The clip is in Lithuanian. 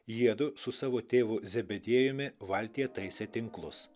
jiedu su savo tėvu zebediejumi valtyje taisė tinklus